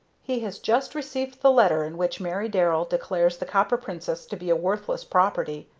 he has just received the letter in which mary darrell declares the copper princess to be a worthless property.